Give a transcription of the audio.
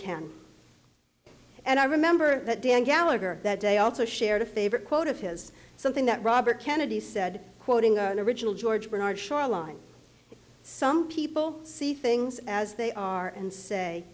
can and i remember that dan gallagher that day also shared a favorite quote of his something that robert kennedy said quoting an original george bernard shaw line some people see things as they are and say